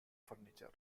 furniture